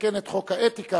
לתקן את חוק האתיקה,